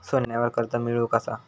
सोन्यावर कर्ज मिळवू कसा?